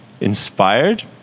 Inspired